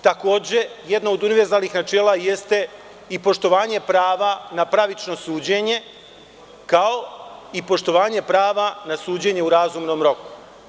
Takođe, jedno od univerzalnih načela je poštovanje prava na pravično suđenje, kao i poštovanje prava na suđenje u razumnom roku.